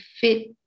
fit